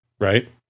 right